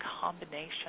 combination